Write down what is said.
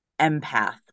empath